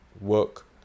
work